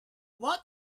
what